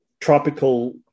tropical